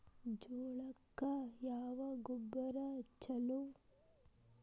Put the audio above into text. ಜೋಳಕ್ಕ ಯಾವ ಗೊಬ್ಬರ ಛಲೋ?